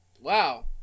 Wow